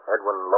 Edwin